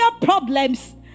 problems